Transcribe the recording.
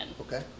Okay